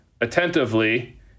attentively